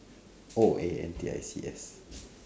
oh A N T I C S